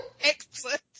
excellent